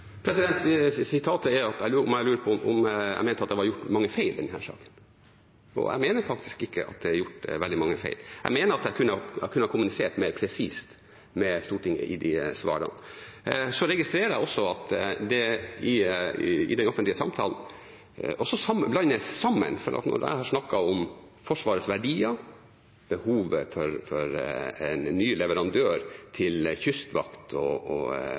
om jeg mente at det var gjort mange feil i denne saken. Jeg mener faktisk ikke at det er gjort veldig mange feil. Jeg mener at jeg kunne ha kommunisert mer presist med Stortinget i de svarene. Så registrerer jeg at det i den offentlige samtalen også blandes sammen, for når jeg har snakket om Forsvarets verdier, behovet for en ny leverandør til Kystvakten og